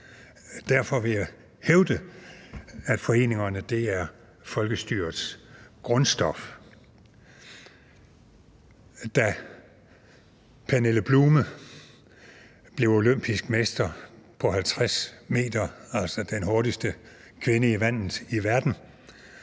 Derfor vil jeg hævde, at foreningerne er folkestyrets grundstof. Da Pernille Blume blev olympisk mester på 50 m – altså blev den hurtigste kvinde i vandet